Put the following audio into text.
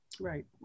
Right